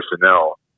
personnel